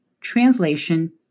translation